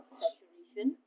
saturation